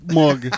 mug